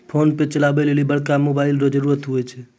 PhonePe चलबै लेली बड़का मोबाइल रो जरुरत हुवै छै